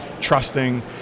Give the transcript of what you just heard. trusting